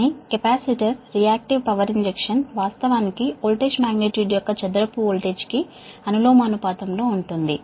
కానీ capacitor reactive power injection వాస్తవానికి voltage magnitude యొక్క వర్గం వోల్టేజ్ కి అనులోమానుపాతంలో ఉంటుంది